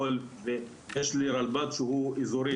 יש לי רלב"ד שהוא אזורי,